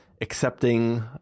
accepting